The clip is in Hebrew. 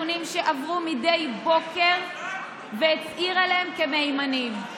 והנתונים שעברו מדי בוקר והצהיר עליהם כמהימנים.